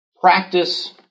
practice